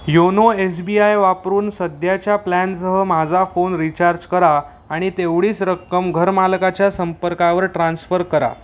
YONO S B I वापरून सध्याच्या प्लॅनसह माझा फोन रिचार्ज करा आणि तेवढीच रक्कम घरमालकाच्या संपर्कावर ट्रान्स्फर करा